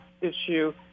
issue